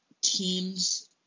teams